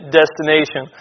destination